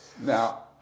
Now